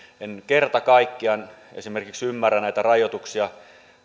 en kerta kaikkiaan ymmärrä esimerkiksi näitä rajoituksia